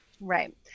Right